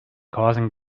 causing